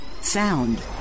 Sound